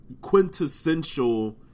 quintessential